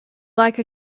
like